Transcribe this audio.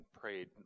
prayed